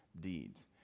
deeds